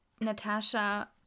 Natasha